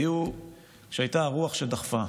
היו כשהייתה הרוח שדחפה,